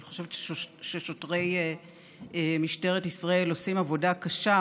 אני חושבת ששוטרי משטרת ישראל עושים עבודה קשה,